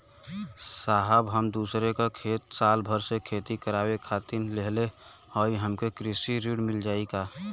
साहब हम दूसरे क खेत साल भर खेती करावे खातिर लेहले हई हमके कृषि ऋण मिल जाई का?